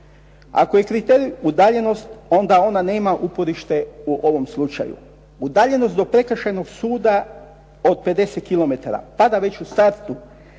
ako je kriterij udaljenost onda ona nema uporište u ovom slučaju. Udaljenost do Prekršajnog suda od 50 km pada već u startu